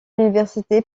l’université